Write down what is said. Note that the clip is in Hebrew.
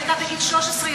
היא עלתה בגיל 13,